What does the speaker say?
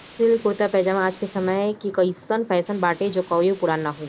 silk के कुरता पायजामा आज के समय कअ अइसन फैशन बाटे जवन कबो पुरान नाइ होई